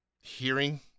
hearing